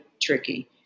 tricky